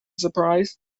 surprise